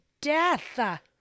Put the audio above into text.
death